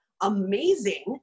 amazing